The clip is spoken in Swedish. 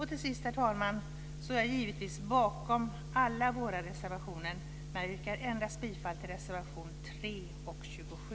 Till sist, herr talman, står jag givetvis bakom alla våra reservationer, men jag yrkar bifall endast till reservationerna 3 och 27.